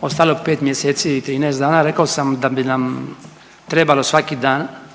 ostalo 5 mjeseci i 13 dana, rekao sam da bi nam trebalo svaki dan